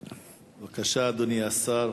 בבקשה, אדוני השר.